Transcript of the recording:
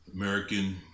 American